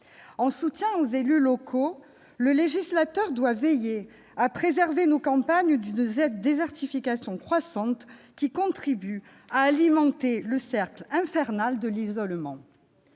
En soutien aux élus locaux, le législateur doit veiller à préserver nos campagnes d'une désertification croissante, qui contribue à alimenter le cercle infernal de l'isolement.